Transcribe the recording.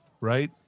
right